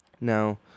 Now